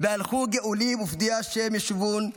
--- והלכו גאולים ופדויי ה' ישֻׁבון,